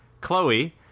Chloe